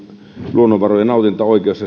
luonnonvarojen hallintaoikeus